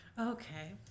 Okay